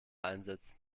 einsetzen